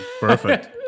perfect